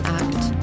act